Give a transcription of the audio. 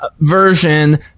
version